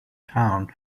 town